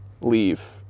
leave